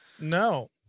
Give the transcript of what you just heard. No